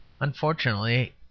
Unfortunately